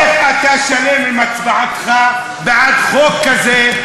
איך אתה שלם עם הצבעתך בעד חוק כזה,